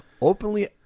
openly